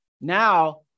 now